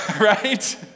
right